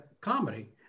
comedy